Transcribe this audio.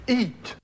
eat